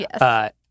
Yes